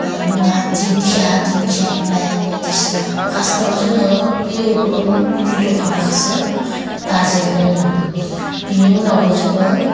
मुवा दिंखिया दिंखिया बिलाइ बायदिसिना फार्स्टआव जोङो बै अग्रुन गरु दख'नाखौसो दाजेनदोंमोन बिनि उनावबो जोङो